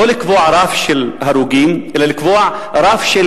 לא לקבוע רף של הרוגים אלא לקבוע רף של